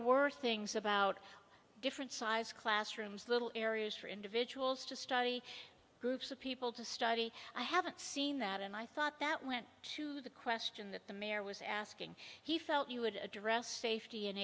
were things about different size classrooms little areas for individuals to study groups of people to study i haven't seen that and i thought that went to the question that the mayor was asking he felt he would address safety